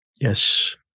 Yes